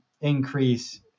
increase